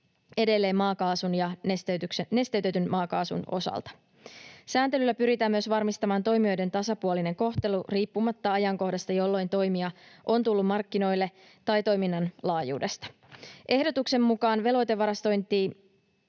edelleen maakaasun ja nesteytetyn maakaasun osalta. Sääntelyllä pyritään myös varmistamaan toimijoiden tasapuolinen kohtelu riippumatta ajankohdasta, jolloin toimija on tullut markkinoille, tai toiminnan laajuudesta. Ehdotuksen mukaan varastointivelvoite